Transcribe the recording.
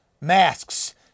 masks